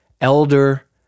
elder